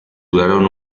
duraron